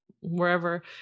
wherever